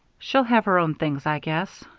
she'll have her own things, i guess.